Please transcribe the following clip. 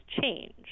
change